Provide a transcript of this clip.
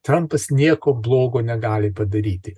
trampas nieko blogo negali padaryti